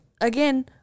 again